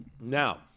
now